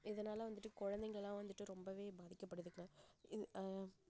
இதனால் வந்துவிட்டு குழந்தைங்கள்லாம் வந்துவிட்டு ரொம்ப பாதிக்கப்படுதுங்க இது